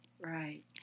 Right